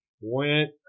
went